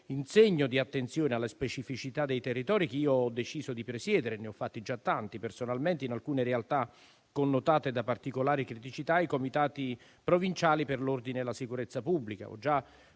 in segno di attenzione alle specificità dei territori che ho deciso di presiedere - ne ho fatti già tanti personalmente - in alcune realtà connotate da particolari criticità, i comitati provinciali per l'ordine e la sicurezza pubblica.